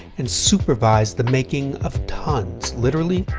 and supervised the making of tons literally,